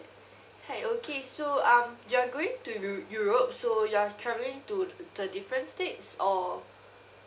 right okay so um you're going to eu~ europe so you're travelling to the different states or